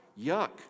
yuck